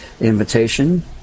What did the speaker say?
invitation